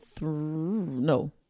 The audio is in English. no